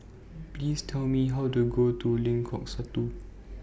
Please Tell Me How to get to Lengkok Satu